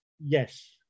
Yes